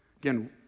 Again